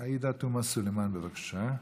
עאידה תומא סלימאן, בבקשה.